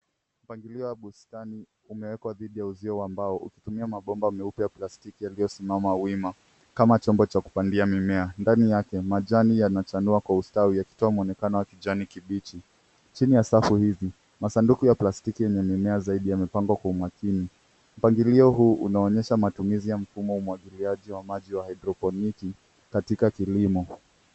Mpangilio wa bustani umewekwa dhidi ya uzio wa mbao ukitumia mabomba meupe ya plastiki yaliyosimama wima kama chombo cha kupandia mimea. Ndani yake, majani yanachanua kwa ustawi yakitoa mwonekano wa kijani kibichi. Chini ya safu hizi, masanduku ya plastiki yenye mimea zaidi yamepandwa kwa umakini. Mpangilio huu unaonyesha matumizi ya mfumo wa umwagiliaji wa maji wa hydroponiki katika kilimo.